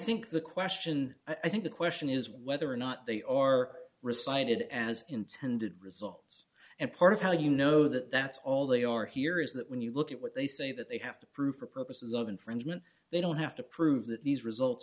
think the question i think the question is whether or not they are resigned it as intended results and part of how you know that that's all they are here is that when you look at what they say that they have to prove for purposes of infringement they don't have to prove that these results